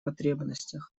потребностях